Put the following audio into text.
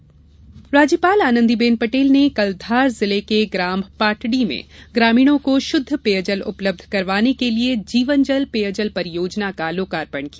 राज्यपाल राज्यपाल आनंदीबेन पटेल ने कल धार जिले के ग्राम पाटडी में ग्रामीणों को शुद्ध पेयजल उपलब्ध करवाने के लिये जीवन जल पेयजल परियोजना का लोकार्पण किया